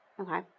Okay